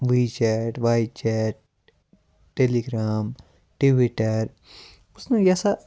وُے chat WeChat Telegram Twitter بہٕ چھُس نہٕ یژھان